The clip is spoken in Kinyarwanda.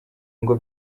ngo